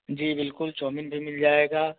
जी बिल्कुल चौमीन भी मिल जाएगा